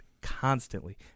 constantly